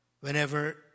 whenever